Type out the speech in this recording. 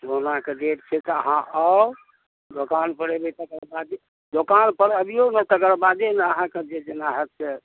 सोनाके रेट छै तऽ अहाँ आउ दोकानपर एबै तकर बादे दोकानपर अबियौ ने तकर बादे ने अहाँकेँ जे जेना हेतै